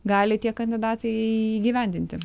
gali tie kandidatai įgyvendinti